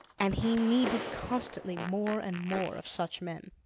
and he needed constantly more and more of such men.